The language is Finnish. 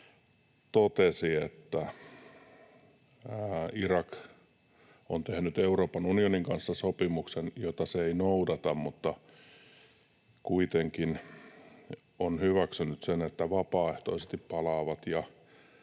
totesi, että Irak on tehnyt Euroopan unionin kanssa sopimuksen, jota se ei noudata, mutta kuitenkin on hyväksynyt sen, että vapaaehtoisesti palaavat